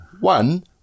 One